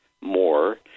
more